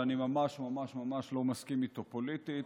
שאני ממש ממש לא מסכים איתו פוליטית,